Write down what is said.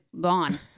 gone